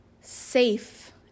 safe